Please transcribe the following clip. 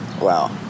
Wow